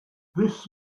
this